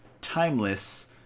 timeless